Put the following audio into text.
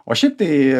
o šiaip tai